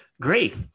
Great